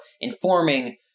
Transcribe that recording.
informing